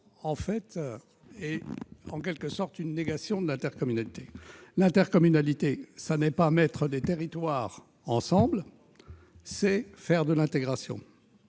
nous discutons est une négation de l'intercommunalité. L'intercommunalité, ce n'est pas mettre des territoires ensemble ; c'est faire de l'intégration.